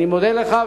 אני מודה לך,